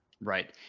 Right